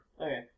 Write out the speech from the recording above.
Okay